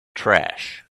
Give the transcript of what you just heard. trash